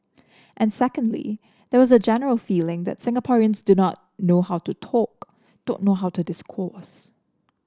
and secondly there was a general feeling that Singaporeans do not know how to talk don't know how to discourse